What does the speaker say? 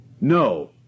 no